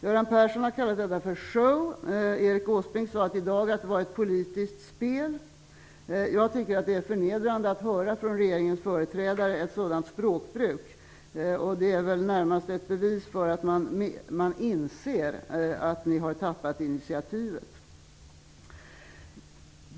Göran Persson har kallat detta för show, och Erik Åsbrink sade i dag att det var ett politiskt spel. Jag tycker att det är förnedrande att höra ett sådan språkbruk från regeringens företrädare. Det är väl närmast ett bevis för att de inser att regeringen har tappat initiativet.